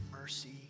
mercy